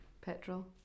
Petrol